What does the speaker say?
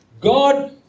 God